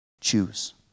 Choose